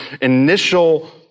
initial